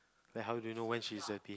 then how do you know when she's happy